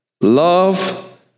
love